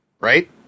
right